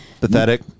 Pathetic